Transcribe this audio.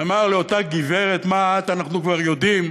שאמר לאותה גברת: מה את אנחנו כבר יודעים,